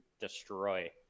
destroy